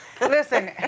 listen